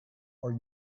are